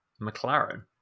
McLaren